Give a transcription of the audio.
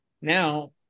Now